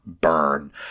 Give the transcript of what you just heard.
burn